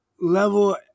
level